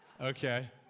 Okay